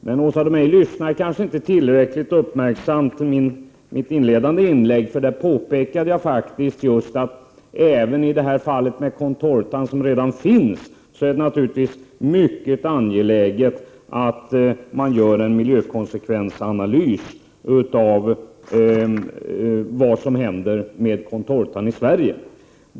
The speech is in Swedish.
Åsa Domeij lyssnade kanske inte tillräckligt uppmärksamt till mitt inledande inlägg, där jag påpekade just att det naturligtvis är mycket angeläget att det även görs en miljökonsekvensanalys av vad som händer med den contorta som redan finns i Sverige.